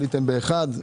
עליתם באחד,